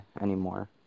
anymore